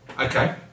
Okay